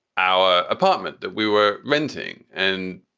our apartment that we were renting and,